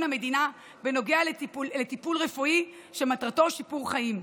המדינה בנוגע לטיפול רפואי שמטרתו שיפור חיים,